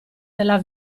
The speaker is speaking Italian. della